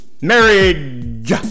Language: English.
marriage